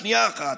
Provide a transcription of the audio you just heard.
לשנייה אחת,